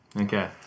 Okay